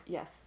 Yes